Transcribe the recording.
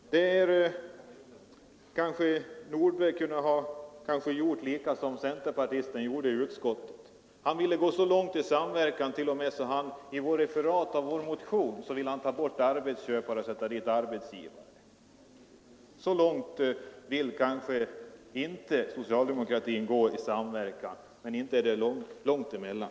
Herr Nordberg kunde kanske ha gjort som centerpartisten i utskottet. Han ville t.o.m. gå så långt i samverkan att han i referatet av vår motion ville ta bort ”arbetsköpare” och sätta dit ”arbetsgivare”. Så långt vill kanske inte socialdemokratin gå i samverkan, men inte är det långt ifrån.